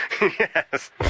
Yes